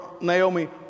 Naomi